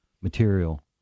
material